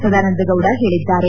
ಸದಾನಂದ ಗೌಡ ಹೇಳಿದ್ದಾರೆ